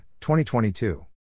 2022